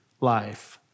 life